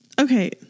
Okay